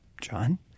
John